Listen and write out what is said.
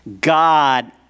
God